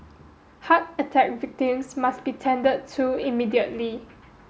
heart attack victims must be tended to immediately